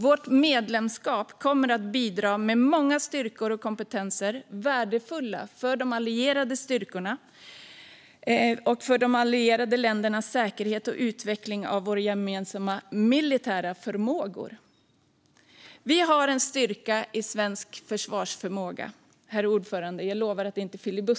Sveriges medlemskap kommer att bidra med många styrkor och kompetenser som är värdefulla för de allierade styrkorna och för de allierade ländernas säkerhet och utveckling av gemensamma militära förmågor. Vi har en styrka i svensk försvarsförmåga.